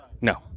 No